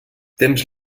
temps